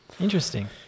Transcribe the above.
Interesting